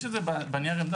יש את זה בנייר עמדה.